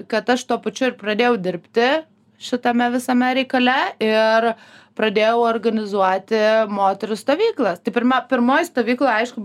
kad aš tuo pačiu ir pradėjau dirbti šitame visame reikale ir pradėjau organizuoti moterų stovyklą pirma pirmoji stovykla aišku